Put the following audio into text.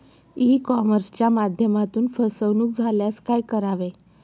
E कॉमर्सच्या माध्यमातून फसवणूक झाल्यास काय करावे?